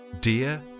Dear